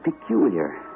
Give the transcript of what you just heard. peculiar